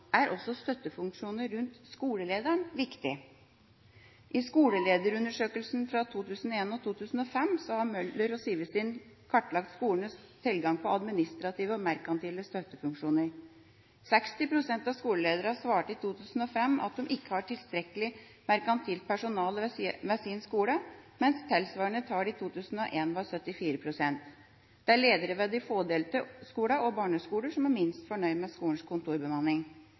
er også støttefunksjoner rundt skolelederen viktig. I skolelederundersøkelsene fra 2001 og 2005 har Møller og Sivesind kartlagt skolenes tilgang på administrative og merkantile støttefunksjoner. 60 pst. av skolelederne svarte i 2005 at de ikke har tilstrekkelig merkantilt personale ved sin skole, mens tilsvarende tall i 2001 var 74 pst. Det er ledere ved de fådelte skolene og barneskoler som er minst fornøyd med skolens kontorbemanning.